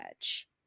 Edge